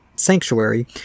Sanctuary